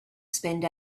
spend